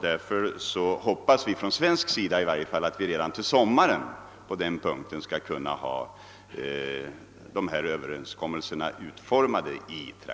Därför hoppas vi från svensk sida att vi på den punkten redan till sommaren skall ha överenskommelserna klara.